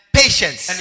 patience